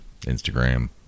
Instagram